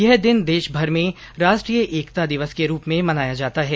यह दिन देशभर में राष्ट्रीय एकता दिवस के रूप में मनाया जाता है